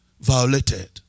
violated